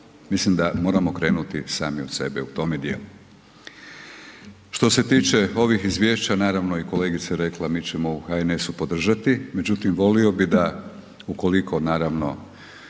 Mislim da moramo krenuti sami od sebe u tome djelu. Što se tiče ovih izvješća, naravno i kolegice je rekla, mi ćemo HNS-u podržati, međutim volio bi da ukoliko naravno